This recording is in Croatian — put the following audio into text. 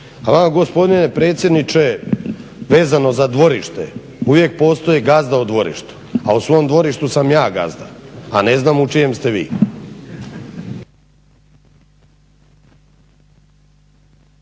vama gospodine predsjedniče vezano za dvorište, uvijek postoji gazda u dvorištu, a u svom dvorištu sam ja gazda, a ne znam u čijem ste vi.